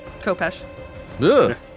Kopesh